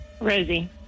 Rosie